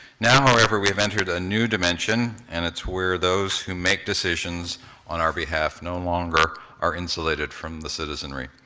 now, however, we have entered a new dimension and it's where those how make decisions on our behalf no longer are insulated from the citizenry.